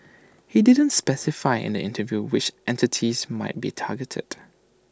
he didn't specify in the interview which entities might be targeted